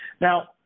Now